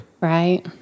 right